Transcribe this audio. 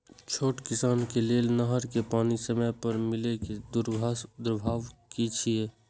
छोट किसान के लेल नहर के पानी समय पर नै मिले के दुष्प्रभाव कि छै?